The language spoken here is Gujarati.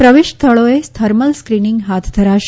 પ્રવેશ સ્થળોએ થર્મલ સ્ક્રિનિંગ હાથ ધરાશે